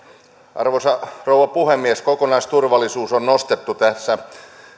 arvoisa rouva puhemies kokonaisturvallisuus on nostettu tässä